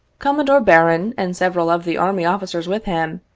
commodore barron and several of the army officers with him,